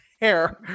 hair